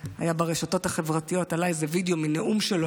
ברשתות החברתיות עלה איזה וידיאו מנאום שלו